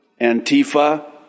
Antifa